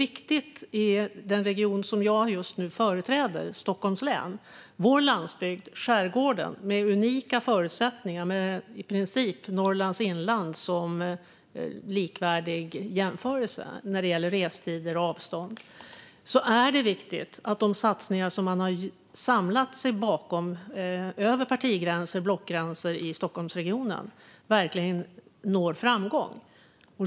I den region jag just nu företräder, Stockholms län, med sin landsbygd skärgården som har unika förutsättningar - där i princip Norrlands inland är en likvärdig jämförelse när det gäller restider och avstånd - är det viktigt att de satsningar som man i Stockholmsregionen har samlat sig bakom, över partigränser och blockgränser, verkligen når framgång.